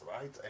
right